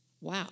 Wow